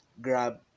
grab